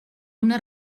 una